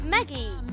Maggie